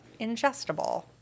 ingestible